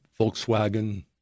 Volkswagen